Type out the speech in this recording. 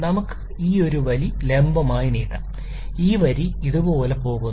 നമുക്ക് ഈ വരി ലംബമായി നീട്ടാം ഈ വരി ഇതുപോലെ പോകുന്നു